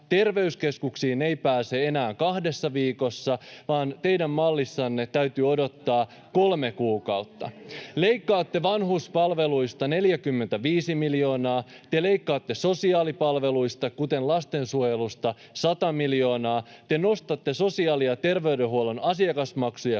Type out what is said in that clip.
Terveyskeskuksiin ei pääse enää kahdessa viikossa, vaan teidän mallissanne täytyy odottaa kolme kuukautta. [Ben Zyskowicz: Ei täydy!] Leikkaatte vanhuspalveluista 45 miljoonaa. Te leikkaatte sosiaalipalveluista, kuten lastensuojelusta, 100 miljoonaa. Te nostatte sosiaali- ja terveydenhuollon asiakasmaksuja